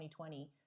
2020